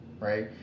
right